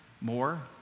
more